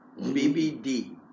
BBD